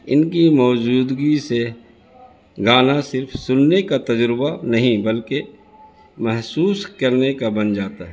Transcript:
ان کی موجودگی سے گانا صرف سننے کا تجربہ نہیں بلکہ محسوس کرنے کا بن جاتا ہے